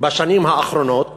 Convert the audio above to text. בשנים האחרונות